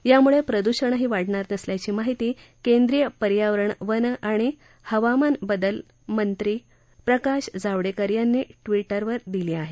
यामुळे प्रदूषणही वाढणार नसल्याची माहिती केंद्रीय पर्यावरण वन आणि जलवायू परिवर्तनमंत्री प्रकाश जावडेकर यांनी ट्विटरवरुन दिली आहे